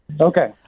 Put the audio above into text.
okay